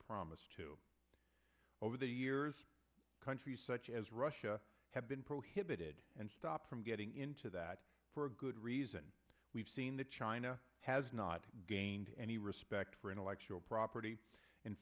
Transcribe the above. promised to over the years countries such as russia have been prohibited and stopped from getting into that for good reason we've seen that china has not gained any respect for intellectual property in